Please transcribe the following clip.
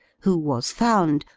who was found,